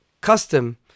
custom